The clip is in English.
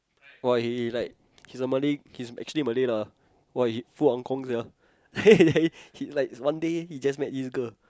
!wah! he he like he's a Malay he's actually Malay lah !wah! he full ah-gong sia he like one day he just met this girl